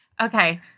Okay